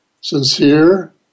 sincere